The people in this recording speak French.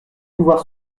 pouvoir